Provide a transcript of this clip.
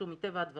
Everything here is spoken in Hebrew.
שוב, מטבע הדברים,